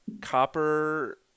copper